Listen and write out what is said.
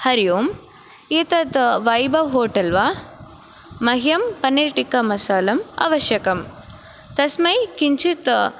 हरि ओम् एतत् वैभव् होटल् वा मह्यम् पनीर्टिक्कामसालम् आवश्यकं तस्मै किञ्चित्